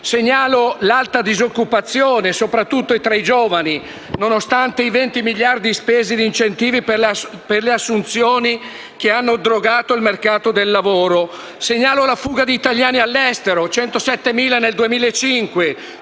Segnalo l'alta disoccupazione, soprattutto tra i giovani, nonostante i 20 miliardi spesi in incentivi per le assunzioni che hanno drogato il mercato del lavoro. Segnalo la fuga di italiani all'estero (107.000 nel 2005),